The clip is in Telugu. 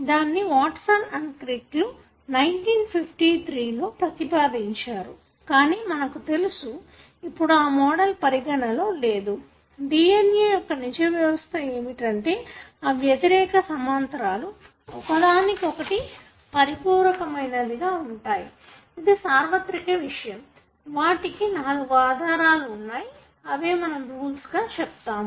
దాన్నివాట్సన్ అండ్ క్రిక్ లు 1953 లో ప్రతిపాదించారు కానీ మనకు తెలుసు ఇప్పుడు ఆ మోడల్ పరిగణలో లేదు DNA యొక్క నిజవస్థ ఏమిటంతే అవి వ్యతిరేఖ సమాంతరాలు ఒకదానికొకటి పరిపూరక మైనదిగా ఉంటాయి అది సార్వత్రిక విషయం వాటికి నాలుగు ఆధారాలు వున్నాయి అవే మనం రూల్స్ గా చెప్తాము